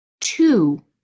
Two